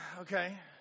okay